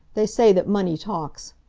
they say that money talks.